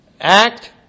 act